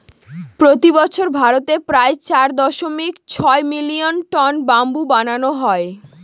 প্রতি বছর ভারতে প্রায় চার দশমিক ছয় মিলিয়ন টন ব্যাম্বু বানানো হয়